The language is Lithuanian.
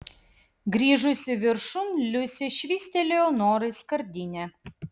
grįžusi viršun liusė švystelėjo norai skardinę